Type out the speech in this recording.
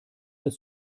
das